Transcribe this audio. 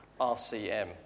RCM